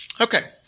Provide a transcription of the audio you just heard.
Okay